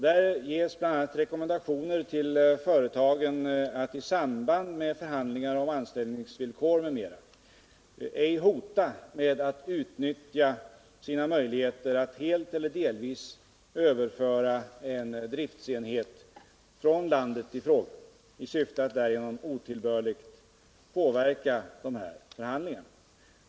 Där rekommenderas företagen att i samband med förhandlingar om anställningsvillkor m.m. ej hota med att utnyttja sina möjligheter, att helt eller delvis överföra en driftsenhet från landet i fråga, och därigenom otillbörligt påverka förhandlingarna.